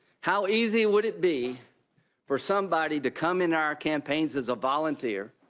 how easy would it be for somebody to come into our campaigns as a volunteer,